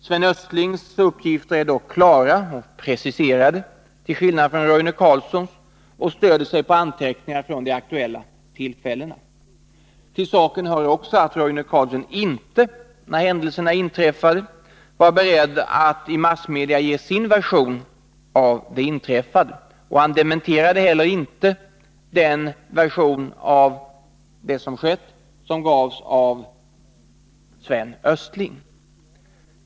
Sven Östlings uppgifter är dock klara och preciserade till skillnad från Roine Carlssons och stöder sig på anteckningar från de aktuella tillfällena. Till saken hör att Roine Carlsson inte, när händelserna inträffade, var beredd att i massmedia ge sin version av det inträffade. Han dementerade inte heller den version av det som skett som gavs av Sven Östling.